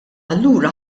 allura